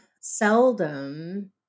seldom